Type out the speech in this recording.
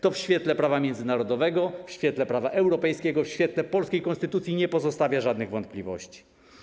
To w świetle prawa międzynarodowego, w świetle prawa europejskiego, w świetle polskiej konstytucji nie pozostawia żadnych wątpliwości.